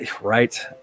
right